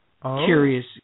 Curious